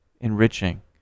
enriching